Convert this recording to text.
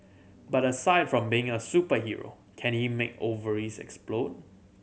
but aside from being a superhero can he make ovaries explode